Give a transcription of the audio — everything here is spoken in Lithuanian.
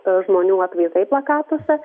žmonių atvaizdai plakatuose